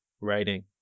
writing